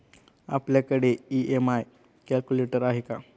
आपल्याकडे EMI calculator आहे का?